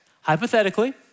Hypothetically